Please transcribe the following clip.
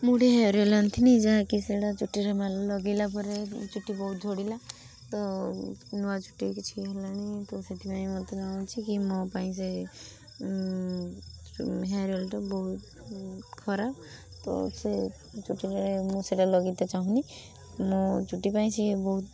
ମୁଁ ଗୋଟେ hair oil ଆଣିଥିଲି ଯାହା କି ସେଇଟା ଚୁଟିରେ ଲଗାଇଲା ପରେ ଚୁଟି ବହୁତ ଝଡ଼ିଲା ତ ନୂଆ ଚୁଟି କିଛି ହେଲାନି ତ ସେଥିପାଇଁ ମୋତେ ଲାଗୁଛି କି ମୋ ପାଇଁ ସେ ହେୟାର୍ ଅଏଲ୍ଟା ବହୁତ ଖରାପ୍ ତ ସେ ଚୁଟିରେ ମୁଁ ସେଇଟା ଲଗାଇବାକୁ ଚାହୁଁନି ମୁଁ ଚୁଟି ପାଇଁ ସିଏ ବହୁତ